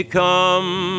come